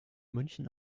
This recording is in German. münchen